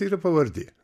yra pavardė